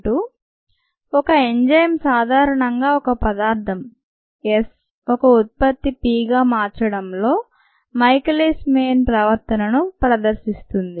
2 ఒక ఎంజైమ్ సాధారణంగా ఒక పదార్థం S ఒక ఉత్పత్తి P గా మార్చడంలో మైఖేలీస్ మీన్ ప్రవర్తనను ప్రదర్శిస్తుంది